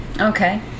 Okay